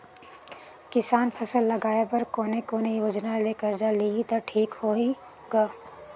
किसान फसल लगाय बर कोने कोने योजना ले कर्जा लिही त ठीक होही ग?